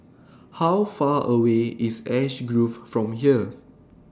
How Far away IS Ash Grove from here